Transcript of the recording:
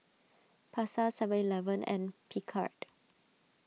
Pasar Seven Eleven and Picard